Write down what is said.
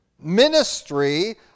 ministry